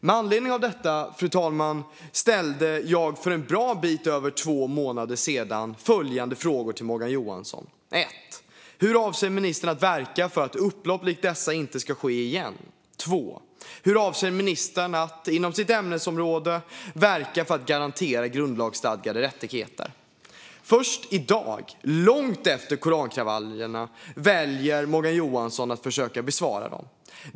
Med anledning av detta ställde jag, fru talman, för en bra bit över två månader sedan följande frågor till Morgan Johansson: Hur avser ministern att verka för att upplopp likt dessa inte ska ske igen? Hur avser ministern att, inom sitt ansvarsområde, verka för att garantera grundlagsstadgade rättigheter? Först i dag, långt efter korankravallerna, väljer Morgan Johansson att försöka besvara mina frågor.